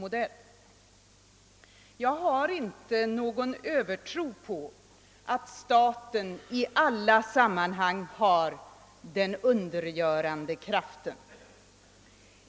Jag har inte någon övertro på att staten i alla sammanhang besitter den undergörande kraften.